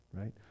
Right